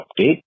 update